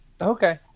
Okay